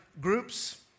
groups